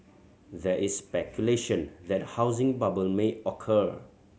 there is speculation that a housing bubble may occur